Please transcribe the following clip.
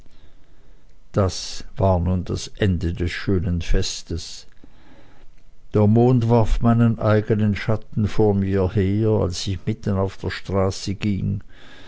das war nun das ende des schönen festes der mond warf meinen eigenen schatten vor mir her als ich mitten auf der straße ging